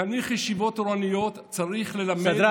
חניך ישיבות תורניות, צריך ללמד,